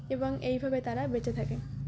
এবং এইভাবে তারা বেঁচে থাকে